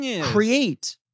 create